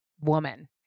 woman